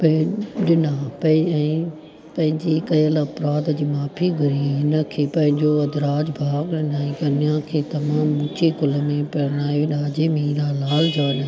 पैसा ॾिना पर इअं पंहिंजी कयल अपराध जी माफ़ी घुरी हिनखे पंहिंजो अधराज भाउ ॿणाए कन्या खे तमामु ऊंचे कुल में परणाए ॾाजे में हीरा लाल जवेरा